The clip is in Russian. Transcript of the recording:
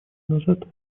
назад